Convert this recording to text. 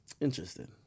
interesting